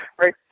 right